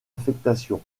affectation